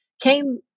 came